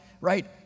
right